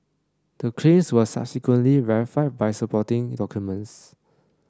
the claims were subsequently verified by supporting documents